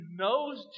knows